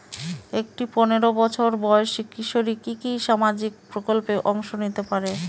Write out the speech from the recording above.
একটি পোনেরো বছর বয়সি কিশোরী কি কি সামাজিক প্রকল্পে অংশ নিতে পারে?